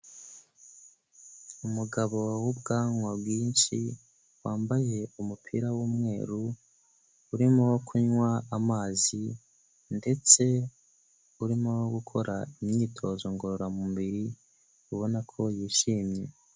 Umugabo w'ubwanwa bwinshi wambaye umupira w'umweru, urimo kunywa amazi ndetse urimo gukora imyitozo ngororamubiri, ubona ko yishimye.